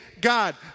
God